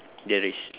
ya